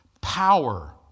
Power